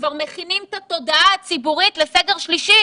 כבר מכינים את התודעה הציבורית לסגר שלישי.